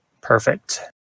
Perfect